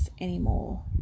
anymore